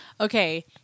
Okay